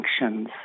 functions